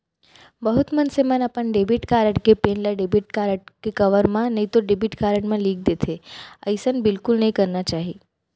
बहुत मनसे मन अपन डेबिट कारड के पिन ल डेबिट कारड के कवर म नइतो डेबिट कारड म लिख देथे, अइसन बिल्कुल नइ करना चाही